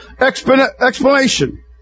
explanation